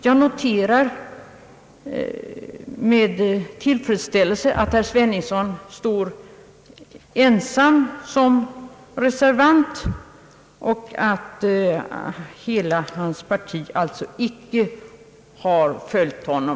Jag noterar med tillfredsställelse att herr Sveningsson står ensam som reservant och att hans parti alltså icke har följt honom.